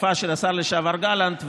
ובתקופה של השר לשעבר גלנט,